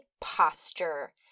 posture